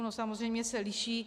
No samozřejmě se liší.